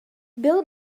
bill